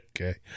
Okay